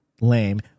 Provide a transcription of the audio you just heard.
lame